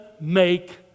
make